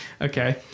Okay